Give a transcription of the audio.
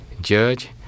Judge